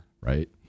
Right